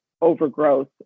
overgrowth